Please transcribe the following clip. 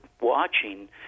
watching